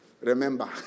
Remember